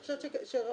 אני חושבת שזה ראוי,